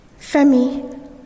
Femi